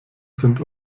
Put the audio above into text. sind